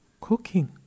cooking